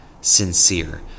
sincere